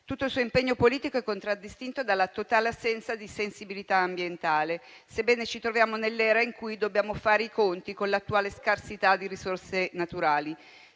Tutto il suo impegno politico è contraddistinto dalla totale assenza di sensibilità ambientale, sebbene ci troviamo nell'era in cui dobbiamo fare i conti con l'attuale scarsità di risorse naturali: